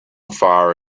fire